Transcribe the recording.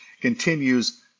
continues